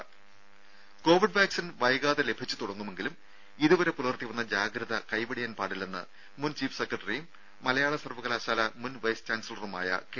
രും covid vaccine വൈകാതെ ലഭിച്ചു തുടങ്ങുമെങ്കിലും ഇതുവരെ പുലർത്തി വന്ന ജാഗ്രത കൈവെടിയാൻ പാടില്ലെന്ന് മുൻ ചീഫ് സെക്രട്ടറിയും മലയാള സർവ്വകലാശാല മുൻ വൈസ് ചാൻസലറുമായ കെ